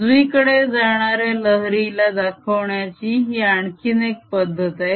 उजवीकडे जाणाऱ्या लहरी ला दाखवण्याची ही आणखीन एक पद्धत आहे